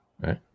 right